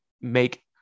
make